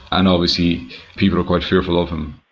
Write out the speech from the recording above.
and obviously people are quite fearful of him.